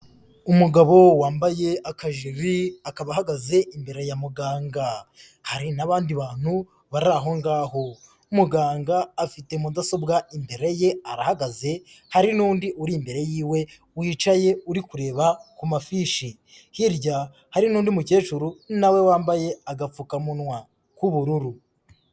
Umugabo wambaye akajiri, akaba ahagaze imbere ya muganga, hari n'abandi bantu bari aho ngaho, muganga afite mudasobwa imbere ye arahagaze, hari n'undi uri imbere yiwe wicaye uri kureba ku mafishi, hirya hari n'undi mukecuru nawe wambaye agapfukamunwa k'ubururu.